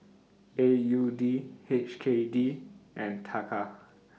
A U D H K D and Taka